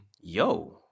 Yo